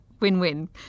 Win-win